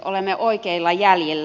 olemme oikeilla jäljillä